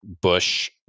Bush